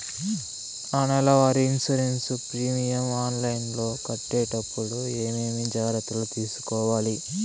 నా నెల వారి ఇన్సూరెన్సు ప్రీమియం ఆన్లైన్లో కట్టేటప్పుడు ఏమేమి జాగ్రత్త లు తీసుకోవాలి?